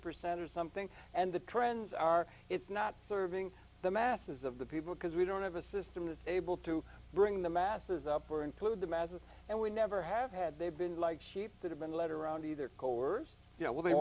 percent or something and the trends are it's not serving the masses of the people because we don't have a system that's able to bring the masses up or include the masses and we never have had they've been like sheep that have been led around either coerced you know w